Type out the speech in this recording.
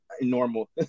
normal